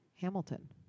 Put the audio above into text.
Hamilton